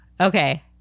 Okay